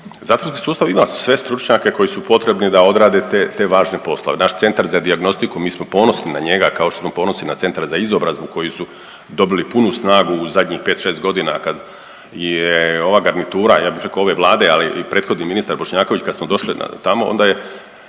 zatvorski sustav ima sve stručnjake koji su potrebni da odrade te, te važne poslove. Naš Centar za dijagnostiku, mi smo ponosni na njega, kao što smo ponosni na Centar za izobrazbu koji su dobili punu snagu u zadnjih 5.-6.g. kad je ova garnitura ja bih rekao ove Vlade, ali i prethodni ministar Bošnjaković, kad smo došli tamo onda je,